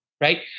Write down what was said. Right